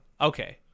Okay